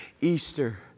Easter